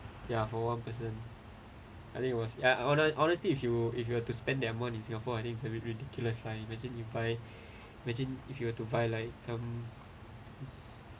ya for one person I think it was ya honestly honestly if you if you have to spend that amount in singapore I think it's a bit ridiculous lah imagine if I imagine if you were to buy like some